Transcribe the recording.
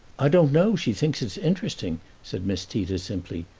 i don't know she thinks it's interesting, said miss tita simply.